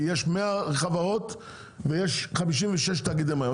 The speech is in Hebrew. כי יש 100 חברות ויש 56 תאגידי מים,